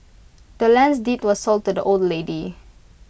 the land's deed was sold to the old lady